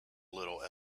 little